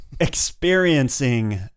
experiencing